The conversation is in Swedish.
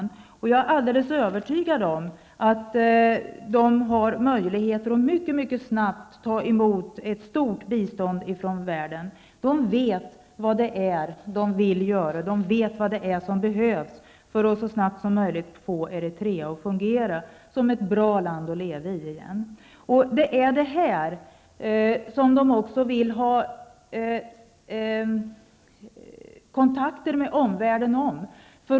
Jag är alldeles övertygad om att Eritrea har möjlighet att mycket snabbt ta emot ett stort bistånd från världen. Man vet vad man vill göra. Man vet vad som behövs för att så snabbt som möjligt få Eritrea att fungera och vara ett bra land att leva i igen. Eritrea vill få kontakter med omvärlden angående dessa frågor.